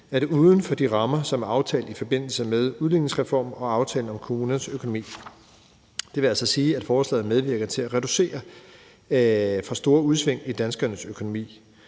er det uden for de rammer, som er aftalt i forbindelse med udligningsreformen og aftalen om kommunernes økonomi. Det vil altså sige, at forslaget medvirker til at reducere for store udsving i danskernes økonomi,